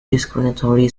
discretionary